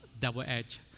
double-edged